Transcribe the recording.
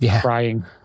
crying